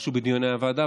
משהו בדיוני הוועדה.